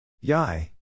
Yai